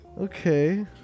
okay